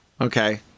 Okay